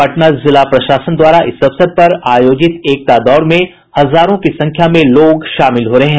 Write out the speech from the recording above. पटना जिला प्रशासन द्वारा इस अवसर पर आयोजित एकता दौड़ में हजारों की संख्या में लोग शामिल हो रहे हैं